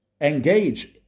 engage